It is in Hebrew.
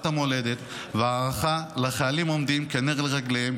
המולדת וההערכה לחיילים הן נר לרגליהם,